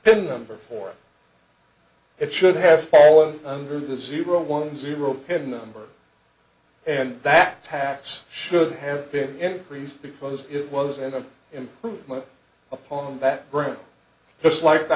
pin number four it should have fallen under the zero one zero pin number and that tax should have been increased because it was an improvement upon that brand just like the